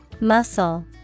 Muscle